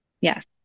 Yes